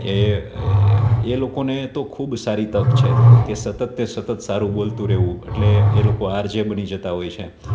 એ લોકોને તો ખૂબ સારી તક છે કે સતતને સતત સારું બોલતું રહેવું એટલે એ લોકો આરજે બની જતાં હોય છે